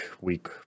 week